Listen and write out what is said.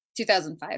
2005